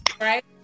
right